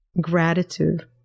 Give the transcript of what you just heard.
gratitude